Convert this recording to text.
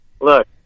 look